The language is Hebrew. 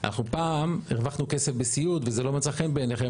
אנחנו פעם הרווחנו כסף בסיעוד אז זה לא מצא חן בעיניכם,